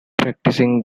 practicing